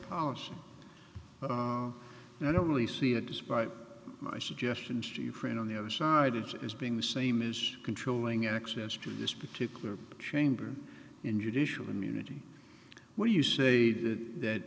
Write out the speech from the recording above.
policy and i don't really see it despite my suggestions to you friend on the other side of it as being the same is controlling access to this particular chamber in judicial immunity where you say that that